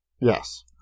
Yes